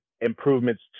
improvements